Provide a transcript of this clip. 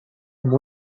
amb